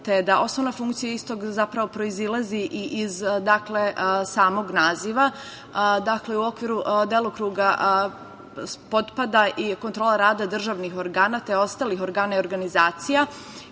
te da osnovna funkcija istog proizilazi iz samog naziva, u okvir delokruga spada i kontrola rada državnih organa, te ostalih organa i organizacija,